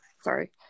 sorry